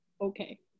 Okay